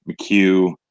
McHugh